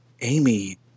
Amy